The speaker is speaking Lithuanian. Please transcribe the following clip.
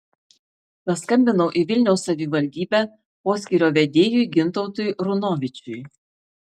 paskambinau į vilniaus savivaldybę poskyrio vedėjui gintautui runovičiui